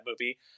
movie